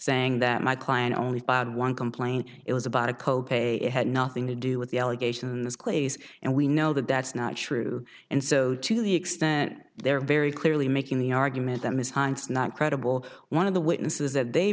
saying that my client only one complaint it was about a co pay it had nothing to do with the allegations claes and we know that that's not true and so to the extent there are very clearly making the argument that ms hines not credible one of the witnesses that they